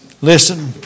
Listen